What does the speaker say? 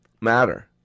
matter